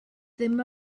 ddim